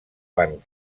van